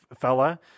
fella